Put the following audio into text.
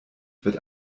wird